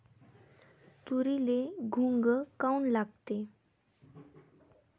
तुरीले घुंग काऊन लागते?